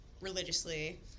religiously